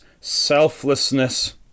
selflessness